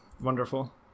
wonderful